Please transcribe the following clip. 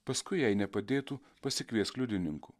paskui jei nepadėtų pasikviesk liudininkų